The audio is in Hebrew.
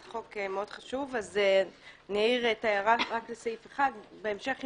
חוק מאוד חשוב אז אעיר את ההערה רק לסעיף 1. בהמשך,